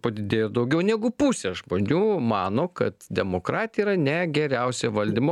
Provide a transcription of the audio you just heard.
padidėjo daugiau negu pusė žmonių mano kad demokratija yra ne geriausia valdymo